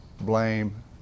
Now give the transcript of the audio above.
blame